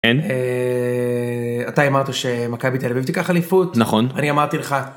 אתה הימרת שמכבי תל אביב תיקח אליפות. נכון. אני אמרתי לך.